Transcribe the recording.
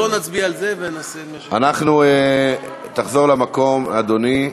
אז בוא נצביע על זה ונעשה, תחזור למקום, אדוני.